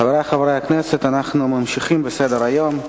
חברי חברי הכנסת, אנחנו ממשיכים בסדר-היום.